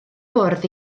bwrdd